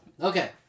Okay